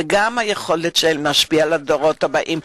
וגם על היכולת שלהם להשפיע על הדורות הבאים.